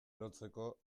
lotzeko